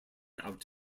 out